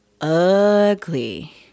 ugly